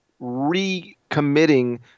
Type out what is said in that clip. recommitting